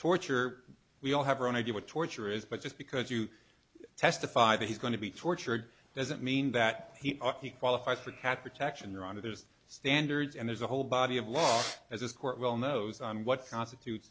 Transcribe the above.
torture we all have our own idea what torture is but just because you testify that he's going to be tortured doesn't mean that he qualifies for cats protection your honor there's standards and there's a whole body of law as this court well knows on what constitutes